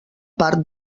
part